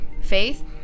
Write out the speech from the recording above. faith